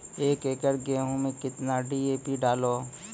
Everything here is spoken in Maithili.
एक एकरऽ गेहूँ मैं कितना डी.ए.पी डालो?